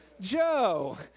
Joe